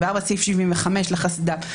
סעיף 75 לחסד"פ,